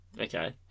Okay